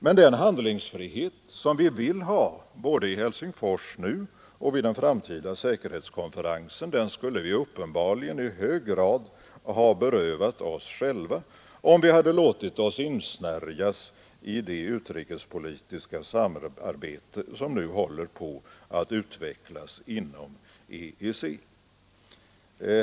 Men den handlingsfrihet som vi vill ha — både i Helsingfors nu och vid den framtida säkerhetskonferensen — skulle vi uppenbarligen i hög grad ha berövat oss själva om vi hade låtit oss insnärjas i det utrikespolitiska samarbete som nu håller på att utvecklas inom EEC.